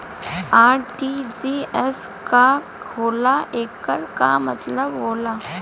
RTGS का होला एकर का मतलब होला?